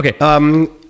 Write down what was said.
Okay